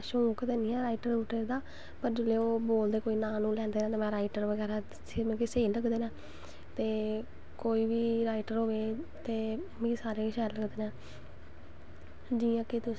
कि कपड़े सलाई जोेह्ड़ी चीज़ ऐ जेह्ड़े एह् जेह् लोग नै कि ऐनी पपसंद करदे ऐ किसै चीज़ गी अपनें हिसाब नाल पसंद करदे नै कुश लोग पिंड च पसंद करदे कुश लोग शैह्र च पसंद करदे नै ठीक ऐ